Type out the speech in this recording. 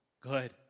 good